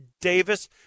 Davis